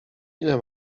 ile